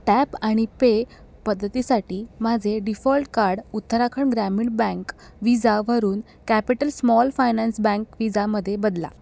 tap आणि pay पद्धतीसाठी माझे default card Uttarakhand Gramin Bank विजावरून कॅपिटल स्मॉल फायनान्स बँक विजामध्ये बदला